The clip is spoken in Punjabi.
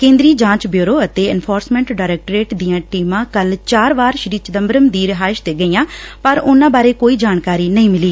ਕੇਂਦਰੀ ਜਾਂਚ ਬਿਉਰੋ ਅਤੇ ਐਨਫੋਰਸਮੈਂਟ ਡਾਇਰੈਕਟੋਰੇਟ ਦੀਆਂ ਟੀਮਾਂ ਕੱਲੂ ਚਾਰ ਵਾਰ ਸੀ ਚਿਦੰਬਰਮ ਦੀ ਰਿਹਾਇਸ਼ ਤੇ ਗਈਆਂ ਪਰ ਉਨੁਾਂ ਬਾਰੇ ਕੌਈ ਜਾਣਕਾਰੀ ਨਹੀਂ ਮਿਲੀ